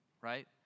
right